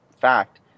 fact